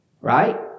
right